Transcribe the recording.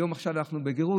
היום, עכשיו אנחנו בגרות.